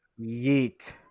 Yeet